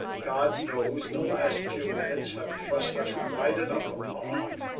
god knows the last few minutes have thrust us wide enough apart.